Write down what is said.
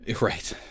Right